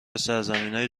سرزمینای